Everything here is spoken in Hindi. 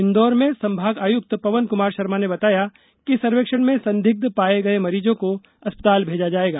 इन्दौर में संभाग आयुक्त पवन कुमार शर्मा ने बताया कि सर्वेक्षण में संदिग्ध पाये गये मरीजों को अस्पताल भेजा जायेगा